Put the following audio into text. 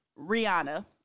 Rihanna